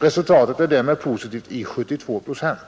Resultatet är därmed positivt för 72 procent.